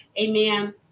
Amen